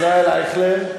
ישראל אייכלר.